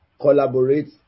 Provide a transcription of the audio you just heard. collaborate